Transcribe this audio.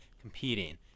competing